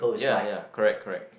ya ya correct correct